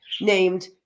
named